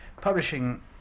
publishing